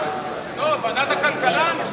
שניים נגד ונמנע אחד.